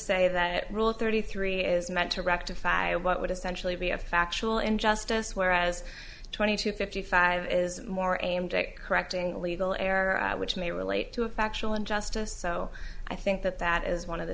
say that rule thirty three is meant to rectify what would essentially be a factual injustice whereas twenty two fifty five is more aimed at correcting a legal error which may relate to a factual injustice so i think that that is one of the